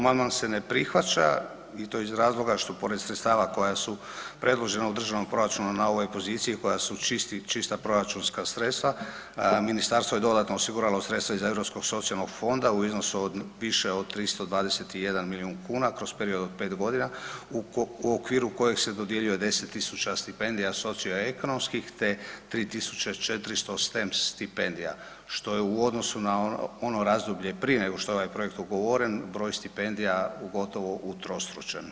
Amandman se ne prihvaća i to iz razloga što pored sredstava koja su predložena u državnom proračunu na ovoj poziciji koja su čisti, čista proračunska sredstva, ministarstvo je dodatno osiguralo sredstva iz Europskog socijalnog fonda u iznosu od više od 321 milijun kuna kroz period od 5 godina u okviru kojeg se dodjeljuje 10 tisuća stipendija socioekonomskih te 3400 STEM stipendija, što je u odnosu na ono razdoblje prije nego što je ovaj projekt ugovoren, broj stipendija je gotovo utrostručen.